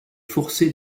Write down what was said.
forcée